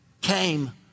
came